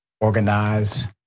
organize